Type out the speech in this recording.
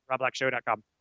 robblackshow.com